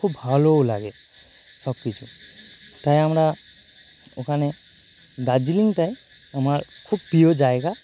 খুব ভালোও লাগে সব কিছু তাই আমরা ওখানে দার্জিলিংটা আমার খুব প্রিয় জায়গা